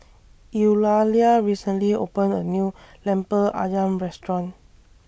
Eulalia recently opened A New Lemper Ayam Restaurant